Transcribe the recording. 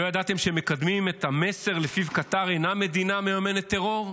לא ידעתם שהם מקדמים את המסר שלפיו קטר אינה מדינה מממנת טרור?